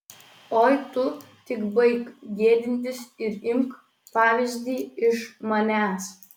oi tu tik baik gėdintis ir imk pavyzdį iš manęs